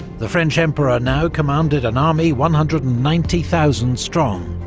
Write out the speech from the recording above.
the french emperor now commanded an army one hundred and ninety thousand strong,